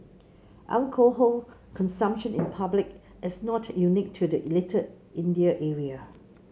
alcohol consumption in public is not unique to the Little India area